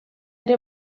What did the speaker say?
ere